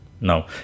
no